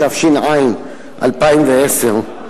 התש"ע 2010,